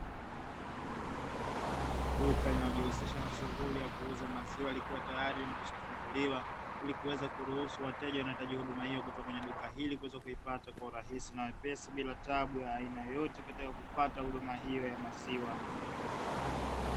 Duka linalojihusisha na shughuli ya kuuza maziwa likiwa tayari limekwishafunguliwa, ili kuweza kuruhusu wateja wanaohitaji huduma hiyo kutoka kwenye duka hili kuweza kuipata kwa urahisi na wepesi, bila tabu ya aina yoyote katika kuipata huduma hiyo ya maziwa.